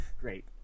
Great